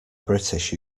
british